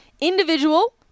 individual